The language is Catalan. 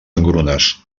engrunes